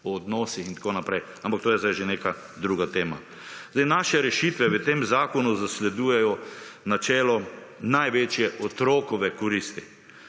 o odnosih in tako naprej, ampak to je zdaj že neka druga tema. Naše rešitve v tem zakonu zasledujejo načelo največje otrokove koristi